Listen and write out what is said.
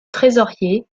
trésorier